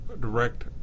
direct